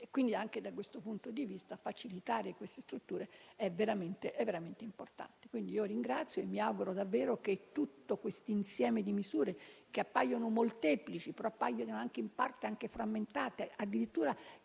Quindi, anche da questo punto di vista, facilitare queste strutture è veramente importante. Ringrazio e mi auguro davvero che tutto questo insieme di misure che appaiono molteplici, ma anche in parte anche frammentate (addirittura